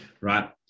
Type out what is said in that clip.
right